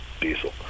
diesel